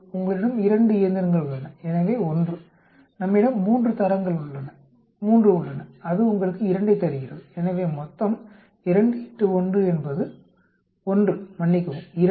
உங்களிடம் 2 இயந்திரங்கள் உள்ளன எனவே 1 நம்மிடம் 3 தரங்கள் 3 உள்ளன அது உங்களுக்கு 2 ஐத் தருகிறது எனவே மொத்தம் 21 என்பது 1 மன்னிக்கவும் 2